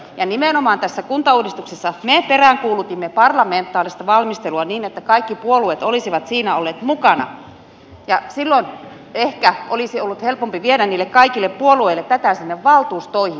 ja nimenomaan tässä kuntauudistuksessa me peräänkuulutimme parlamentaarista valmistelua niin että kaikki puolueet olisivat siinä olleet mukana ja silloin ehkä olisi ollut helpompi viedä niille kaikille puolueille tätä sinne valtuustoihin